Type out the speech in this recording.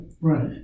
Right